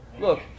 Look